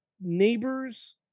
neighbors